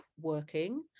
working